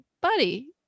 buddy